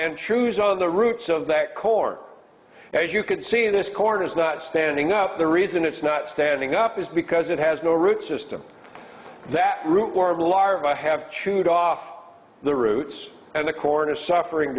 and chews on the roots of that core and as you can see this corn is not standing up the reason it's not standing up is because it has no root system that root or larva have chewed off the roots and the corn is suffering